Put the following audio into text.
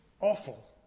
awful